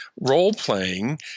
role-playing